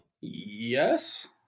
Yes